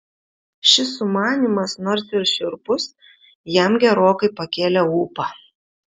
šis sumanymas nors ir šiurpus jam gerokai pakėlė ūpą